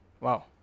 Wow